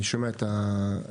אני שומע את האמירה.